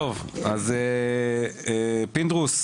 טוב, אז, פינדרוס,